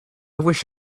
wish